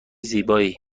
زیبایی